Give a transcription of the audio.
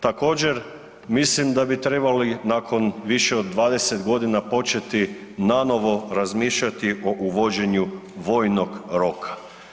Također mislim da bi trebali nakon više od 20 g. početi nanovo razmišljati o uvođenju vojnog roka.